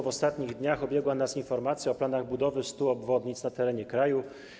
W ostatnich dniach obiegła nas informacja o planach budowy 100 obwodnic na terenie kraju.